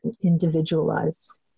individualized